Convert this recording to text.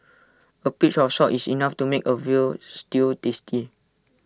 A pinch of salt is enough to make A Veal Stew tasty